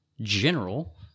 general